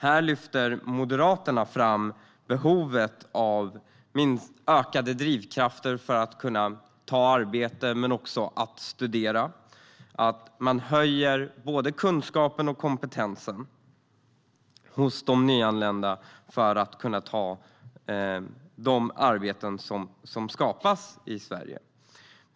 Moderaterna lyfter fram behovet av ökade drivkrafter för att ta ett arbete och för att studera. Både kunskap och kompetens måste höjas hos de nyanlända så att de kan ta de arbeten som skapas i Sverige.